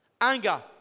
anger